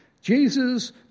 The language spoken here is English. Jesus